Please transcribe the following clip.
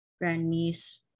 grandniece